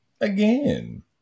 again